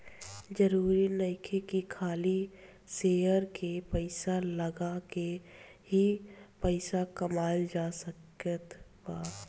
जरुरी नइखे की खाली शेयर में पइसा लगा के ही पइसा कमाइल जा सकत बा